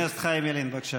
חבר הכנסת חיים ילין, בבקשה.